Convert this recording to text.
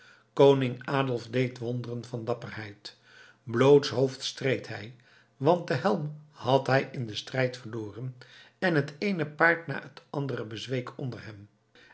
koning adolf deed wonderen van dapperheid blootshoofds streed hij want den helm had hij in den strijd verloren en het eene paard na het andere bezweek onder hem